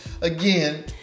again